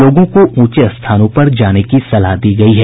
लोगों को ऊंचे स्थानों पर जाने की सलाह दी गयी है